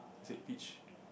is it peach